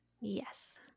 Yes